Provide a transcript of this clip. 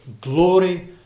glory